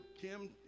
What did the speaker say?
Kim